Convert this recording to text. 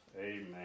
Amen